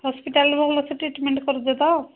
hospital ଭଲ ସେ treatment କରୁଛ ତ